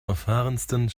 erfahrensten